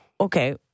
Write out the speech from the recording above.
okay